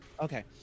okay